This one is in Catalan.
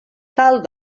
cal